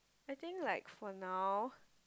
I think like for now